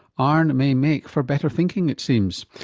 ah iron may make for better thinking it seems.